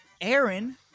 Aaron